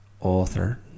author